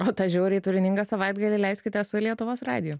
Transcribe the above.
o tą žiauriai turiningą savaitgalį leiskite su lietuvos radiju